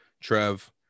Trev